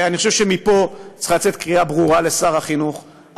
אני חושב שמפה צריכה לצאת קריאה ברורה לשר החינוך,